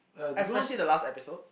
especially the last episode